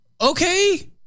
Okay